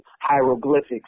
hieroglyphics